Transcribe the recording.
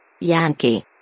Yankee